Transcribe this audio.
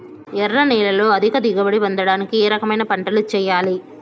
ఎర్ర నేలలో అధిక దిగుబడి పొందడానికి ఏ రకమైన పంటలు చేయాలి?